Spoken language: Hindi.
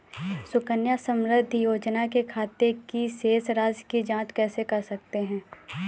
सुकन्या समृद्धि योजना के खाते की शेष राशि की जाँच कैसे कर सकते हैं?